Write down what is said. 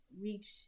reach